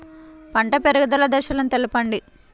పంట పెరుగుదల దశలను తెలపండి?